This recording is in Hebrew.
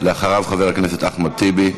אחריו, חבר הכנסת אחמד טיבי.